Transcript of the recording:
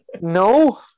no